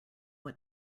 what